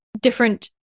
different